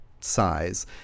size